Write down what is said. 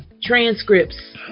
transcripts